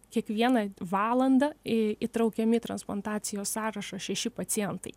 kiekvieną valandą į įtraukiami transplantacijos sąrašą šeši pacientai